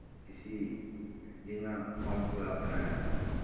इसी जियां अम्फ अपनै